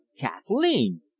Kathleen